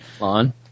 On